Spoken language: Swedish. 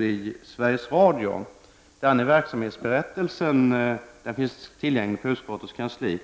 i Sveriges Radio har skrivit i inledningen till verksamhetsberättelsen. Den finns tillgänglig på utskottets kansli.